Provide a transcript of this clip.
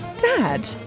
Dad